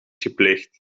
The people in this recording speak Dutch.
gepleegd